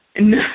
No